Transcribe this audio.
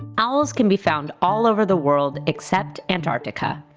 owls can be found all over the world except antarctica.